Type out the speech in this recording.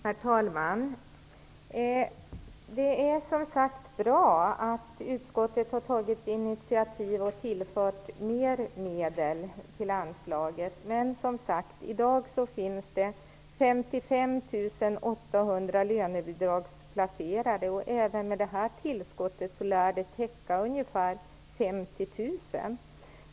Herr talman! Det är bra att utskottet har tagit initiativ till att tillföra mer medel till anslaget. I dag finns det 55 800 lönebidragsplacerade. Även med detta tillskott lär det täcka bidrag för ca 50 000.